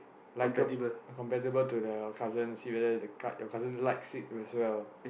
like a compatible to the cousin see whether the your cousin likes it as well